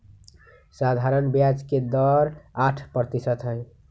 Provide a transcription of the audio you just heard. सधारण ब्याज के दर आठ परतिशत हई